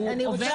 הוא עובר